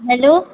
hello